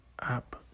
app